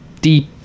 deep